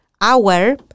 hour